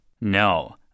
No